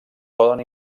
poden